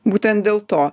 būtent dėl to